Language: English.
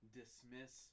dismiss